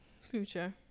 Future